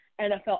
NFL